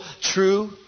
true